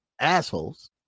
assholes